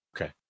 Okay